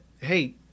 hey